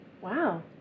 Wow